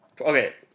Okay